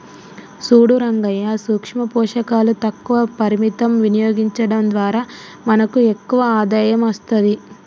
సూడు రంగయ్యా సూక్ష పోషకాలు తక్కువ పరిమితం వినియోగించడం ద్వారా మనకు ఎక్కువ ఆదాయం అస్తది